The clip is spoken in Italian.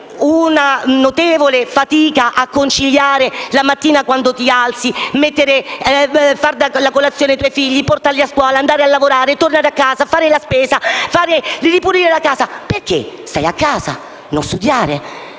una notevole fatica a conciliare, la mattina quando ti alzi, la colazione ai tuoi figli, con il portarli a scuola, andare a lavorare, tornare a casa, fare la spesa, ripulire la casa? Perché lo fai? Ma stai a casa! Non studiare!